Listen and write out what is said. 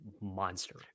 monster